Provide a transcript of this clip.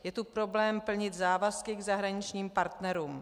Je tu problém plnit závazky k zahraničním partnerům.